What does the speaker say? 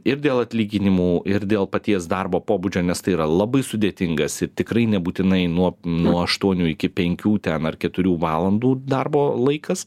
ir dėl atlyginimų ir dėl paties darbo pobūdžio nes tai yra labai sudėtingas ir tikrai nebūtinai nuo nuo aštuonių iki penkių ten ar keturių valandų darbo laikas